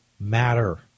Matter